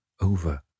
over